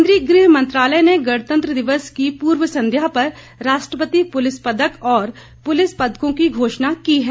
केंद्रीय गृह मंत्रालय ने गणतंत्र दिवस की पूर्व संध्या पर राष्ट्रपति पुलिस पदक और पुलिस पदकों की घोषणा की है